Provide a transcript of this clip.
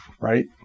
right